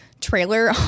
trailer